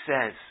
says